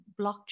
blockchain